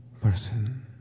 person